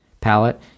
palette